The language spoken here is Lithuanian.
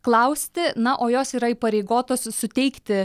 klausti na o jos yra įpareigotos suteikti